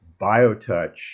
BioTouch